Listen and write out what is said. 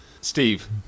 Steve